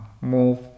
Move